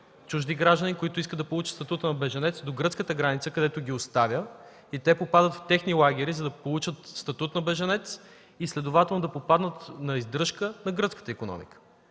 чужди граждани, които искат да получат статут на бежанец, до гръцката граница, където ги оставя и те попадат в техни лагери, за да получат статут на бежанец и следователно да попаднат на издръжка на гръцката икономика.